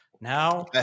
now